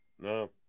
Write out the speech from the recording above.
No